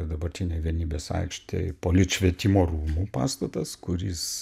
dabartinėj vienybės aikštėj polit švietimo rūmų pastatas kuris